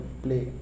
play